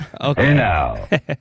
Okay